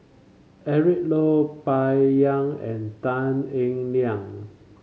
Eric Low Bai Yan and Tan Eng Liang